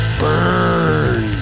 burn